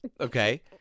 Okay